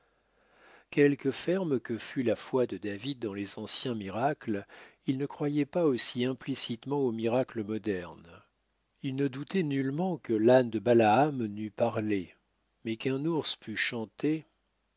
quelque ferme que fût la foi de david dans les anciens miracles il ne croyait pas aussi implicitement aux miracles modernes il ne doutait nullement que l'âne de balaam neût parlé mais qu'un ours pût chanter